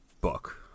book